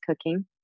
cooking